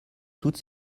toutes